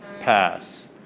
pass